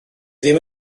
ddim